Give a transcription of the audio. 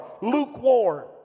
lukewarm